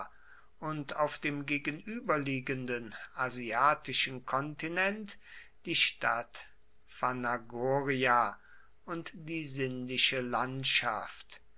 und auf dem gegenüberliegenden asiatischen kontinent die stadt phanagoria und die sindische landschaft